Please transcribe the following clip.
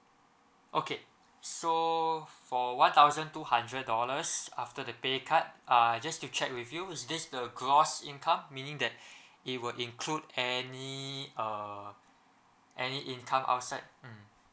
okay so for one thousand two hundred dollars after the pay cut uh just to check with you is this the gross income meaning that it will include any err any income outside mm